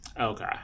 Okay